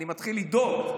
אני מתחיל לדאוג.